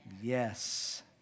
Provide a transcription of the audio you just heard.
Yes